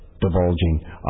divulging